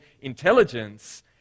intelligence